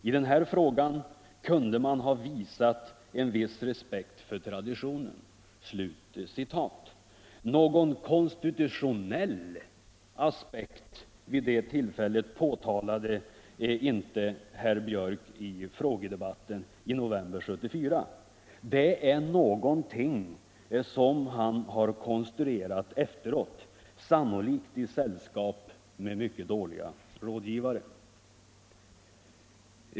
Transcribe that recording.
I den här frågan kunde man ha visat en viss respekt för traditionen —--.” Herr Björck åberopade alltså inte någon konstitutionell aspekt förra året. Det är någonting som han har konstruerat efteråt, sannolikt i sällskap med mycket dåliga rådgivare.